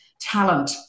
talent